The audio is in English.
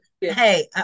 Hey